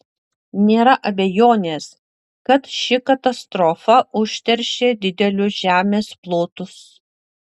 nėra abejonės kad ši katastrofa užteršė didelius žemės plotus